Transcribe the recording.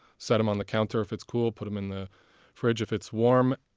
set them on the counter if it's cool, put them in the fridge if it's warm.